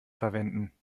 verwenden